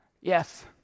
Yes